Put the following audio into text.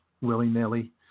willy-nilly